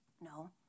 No